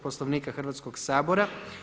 Poslovnika Hrvatskog sabora.